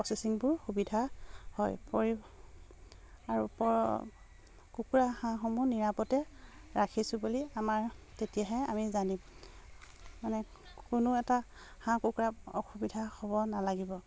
প্ৰচেচিংবোৰ সুবিধা হয় আৰু কুকুৰা হাঁহসমূহ নিৰাপদে ৰাখিছোঁ বুলি আমাৰ তেতিয়াহে আমি জানিম মানে কোনো এটা হাঁহ কুকুৰা অসুবিধা হ'ব নালাগিব